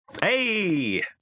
hey